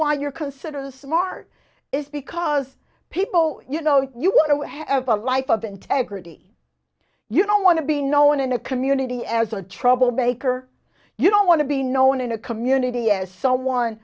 why you're considered smart is because people you know you want to have a life of integrity you don't want to be known in a community as a troublemaker you don't want to be known in a community as someone